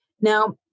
Now